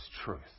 truth